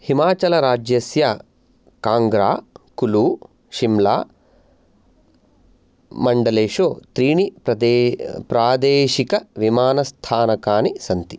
हिमाचलराज्यस्य काङ्ग्रा कुलु शिम्लामण्डलेषु त्रीणि प्रादेशिकविमानस्थानकानि सन्ति